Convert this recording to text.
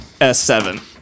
S7